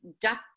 duck